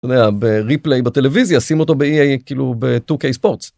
בריפלי בטלוויזיה שים אותו בEA כאילו ב2K ספורטס.